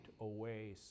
away